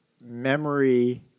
memory